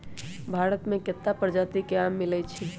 भारत मे केत्ता परजाति के आम मिलई छई